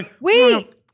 Wait